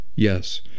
Yes